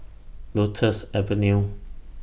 Lotus Avenue